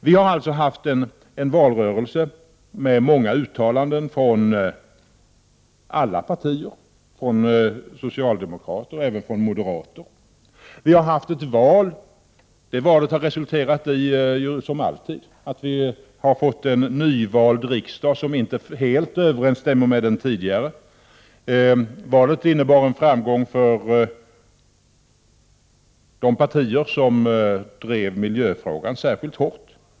Vi har alltså haft en valrörelse med många uttalanden från alla partier, från socialdemokrater och även från moderater. Vi har haft ett val, och det har resulterat i att vi har fått en nyvald riksdag som inte helt överensstämmer med den tidigare. Valet innebar en framgång för de partier som drev miljöfrågan särskilt hårt.